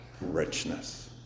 richness